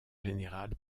général